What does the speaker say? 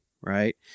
Right